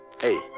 Hey